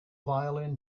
violin